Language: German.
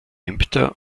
ämter